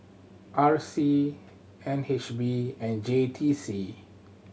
R C N H B and J T C